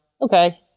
Okay